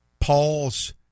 Paul's